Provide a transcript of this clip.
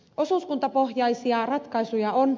osuuskuntapohjaisia ratkaisuja on